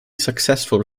successful